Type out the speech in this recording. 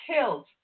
killed